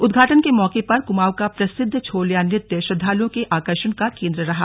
उद्वघाटन के मौके पर कुमाऊं का प्रसिद्ध छोलिया नृत्य श्रद्वालुओं के आकर्षण का केंद्र रहा